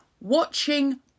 watching